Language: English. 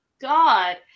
God